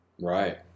Right